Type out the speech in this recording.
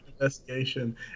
investigation